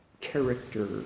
character